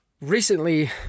Recently